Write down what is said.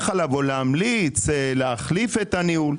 עליו או להמליץ להחליף את הניהול,